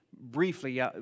briefly